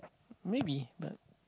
maybe but